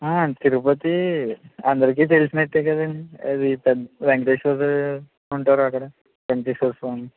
ఆ తిరుపతి అందరికి తెలిసినదే కదండీ అది వేంకటేశ్వర ఉంటారు అక్కడ వేంకటేశ్వర స్వామి